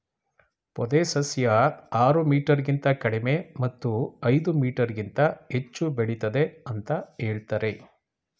ಪೊದೆ ಸಸ್ಯ ಆರು ಮೀಟರ್ಗಿಂತ ಕಡಿಮೆ ಮತ್ತು ಐದು ಮೀಟರ್ಗಿಂತ ಹೆಚ್ಚು ಬೆಳಿತದೆ ಅಂತ ಹೇಳ್ತರೆ